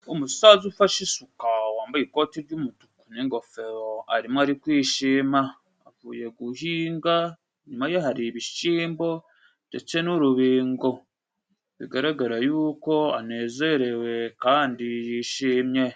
Umusaza ufashe isuka, wambaye ikoti ry'umutuku n'ingofero, arimo ari kwishima avuye guhinga, inyuma ye hari ibishimbo ndetse n'urubingo bigaragara yuko anezerewe kandi yishimye.